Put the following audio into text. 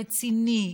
רציני,